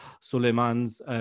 Suleiman's